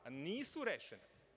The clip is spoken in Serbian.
Nisu rešene.